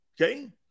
Okay